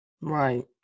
Right